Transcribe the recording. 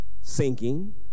sinking